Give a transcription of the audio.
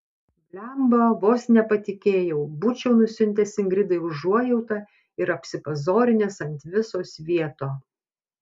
blemba vos nepatikėjau būčiau nusiuntęs ingridai užuojautą ir apsipazorinęs ant viso svieto